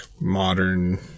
modern